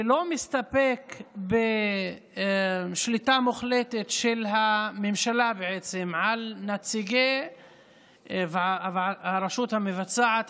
שלא מסתפק בשליטה מוחלטת של הממשלה על נציגי הרשות המבצעת,